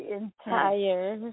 entire